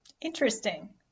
Interesting